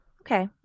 Okay